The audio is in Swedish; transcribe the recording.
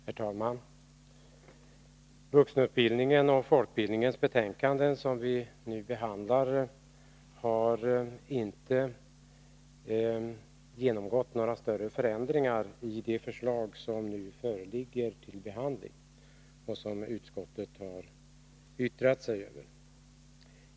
Herr talman! I betänkandena om vuxenutbildning och folkbildning har inte gjorts några större förändringar av propositionens förslag.